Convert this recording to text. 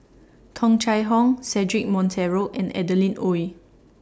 Tung Chye Hong Cedric Monteiro and Adeline Ooi